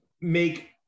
make